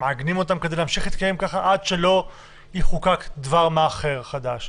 מעגנים כדי להמשיך להתקיים ככה עד שלא יחוקק דבר מה אחר חדש.